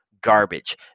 garbage